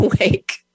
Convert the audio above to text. awake